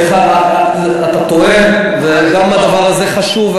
אתה טועה, וגם הדבר הזה חשוב.